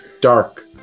dark